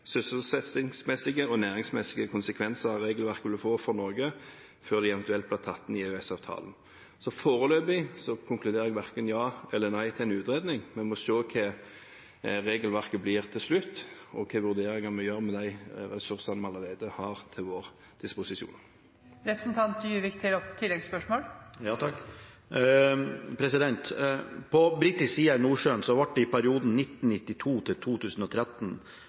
sysselsettingsmessige og næringsmessige konsekvenser regelverket vil få for Norge, før de eventuelt blir tatt inn i EØS-avtalen. Foreløpig konkluderer jeg verken med ja eller nei til en utredning. Vi må se hva regelverket blir til slutt, og hvilke vurderinger vi gjør med de ressursene vi allerede har til vår disposisjon. På britisk side i Nordsjøen ble det i perioden 1992–2013 rapportert om 25 ulykker, hvorav sju var fatale og kostet til